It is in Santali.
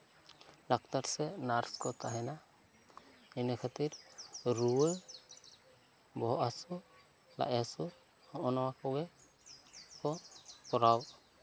ᱰᱟᱠᱴᱟᱨ ᱥᱮ ᱱᱟᱨᱥ ᱠᱚ ᱛᱟᱦᱮᱱᱟ ᱤᱱᱟᱹ ᱠᱷᱟᱹᱛᱤᱨ ᱨᱩᱣᱟᱹ ᱵᱚᱦᱚᱜ ᱦᱟ ᱥᱩ ᱞᱟᱡ ᱦᱟ ᱥᱩ ᱱᱚᱜᱼᱚᱭ ᱱᱚᱣᱟ ᱠᱚᱜᱮ ᱠᱚ ᱠᱚᱨᱟᱣ